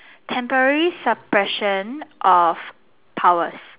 temporary suppression of powers